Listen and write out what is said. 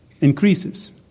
increases